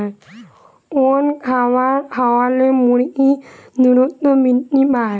কোন খাবার খাওয়ালে মুরগি দ্রুত বৃদ্ধি পায়?